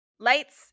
Lights